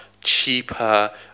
cheaper